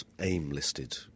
AIM-listed